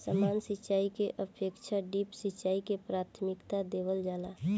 सामान्य सिंचाई के अपेक्षा ड्रिप सिंचाई के प्राथमिकता देवल जाला